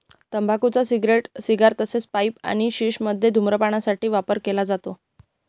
तंबाखूचा cigarette, cigar तसेच pipe आणि शिश मध्ये धूम्रपान साठी वापर केला जातो